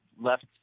left